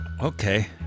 Okay